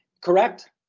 correct